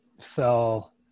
fell